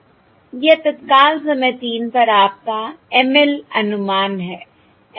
यह तत्काल समय 3 पर आपका ML अनुमान है